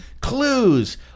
Clues